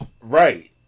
Right